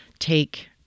take